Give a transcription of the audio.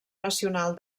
nacional